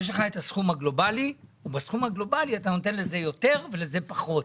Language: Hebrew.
יש לך את הסכום הגלובלי ובסכום הגלובלי אתה נותן לזה יותר ולזה פחות,